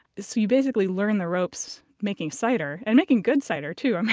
so you basically learn the ropes making cider and making good cider, too,